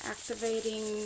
Activating